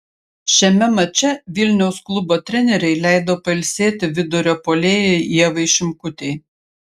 šiame mače vilniaus klubo trenerei leido pailsėti vidurio puolėjai ievai šimkutei